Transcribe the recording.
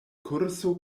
kurso